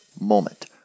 moment